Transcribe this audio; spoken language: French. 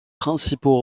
principaux